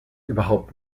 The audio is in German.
überhaupt